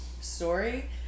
story